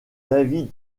david